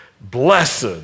Blessed